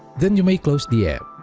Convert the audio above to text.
then you may close the app